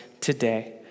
today